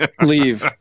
Leave